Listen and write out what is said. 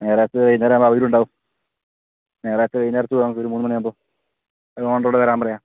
ഞായറാഴ്ച വൈകുന്നേരമാകുമ്പോൾ അവരും ഉണ്ടാവും ഞായറാഴ്ച വൈകുന്നേരത്തു പോകാം നമുക്കൊരു മൂന്നുമണിയാകുമ്പോ ഓണറോട് വരാൻ പറയാം